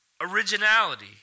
originality